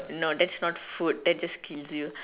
no that's not food that just kills you